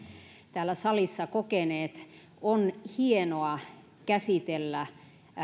täällä salissa kokeneet on hienoa käsitellä